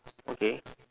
okay